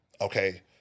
Okay